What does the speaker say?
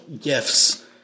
gifts